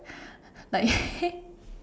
like